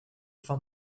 fin